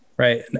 Right